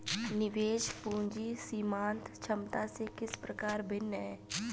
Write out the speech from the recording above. निवेश पूंजी सीमांत क्षमता से किस प्रकार भिन्न है?